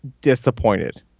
disappointed